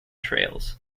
trails